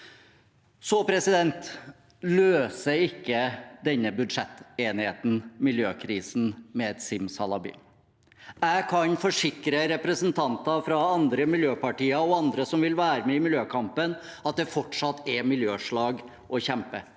Så løser ikke denne budsjettenigheten miljøkrisen med et simsalabim. Jeg kan forsikre representanter fra andre miljøpartier og andre som vil være med i miljøkampen, om at det fortsatt er miljøslag å kjempe,